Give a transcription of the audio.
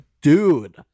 dude